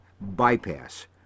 bypass